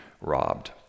robbed